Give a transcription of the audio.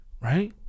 right